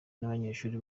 n’abanyeshuri